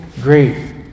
great